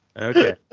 okay